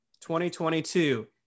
2022